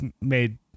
made